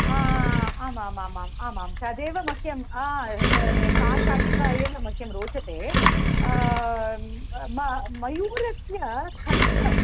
आमामामाम् आम् आं तदेव मह्यं सा शाटिका एव मह्यं रोचते म मयूरस्य कण्ठः